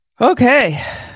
Okay